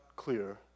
clear